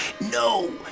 No